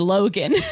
Logan